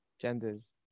genders